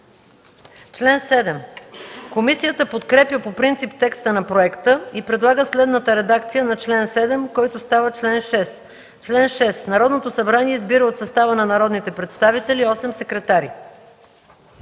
Комисията подкрепя по принцип текста на Проекта и предлага следната редакция на чл. 7, който става чл. 6: „Чл. 6. Народното събрание избира от състава на народните представители осем секретари”.